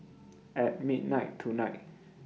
At midnight tonight